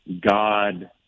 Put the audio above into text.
God